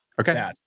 Okay